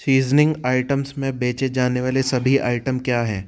seasoning items में बेचे जाने वाले सभी आइटम क्या हैं